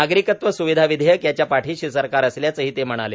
नागरीकत्व स्विधा विधेयक यांच्या पाठीशी सरकार असल्याचं ते म्हणाले